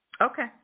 Okay